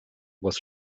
was